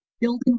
building